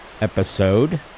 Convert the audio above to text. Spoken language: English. episode